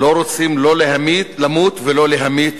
לא רוצים: לא למות ולא להמית